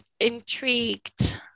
intrigued